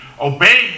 Obey